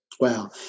Wow